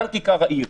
כאן כיכר העיר,